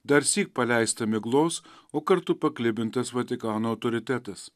darsyk paleista miglos o kartu paklibintas vatikano autoritetas